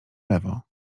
lewo